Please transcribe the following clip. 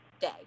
day